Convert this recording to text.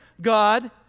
God